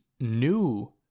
new